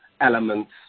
elements